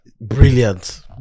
Brilliant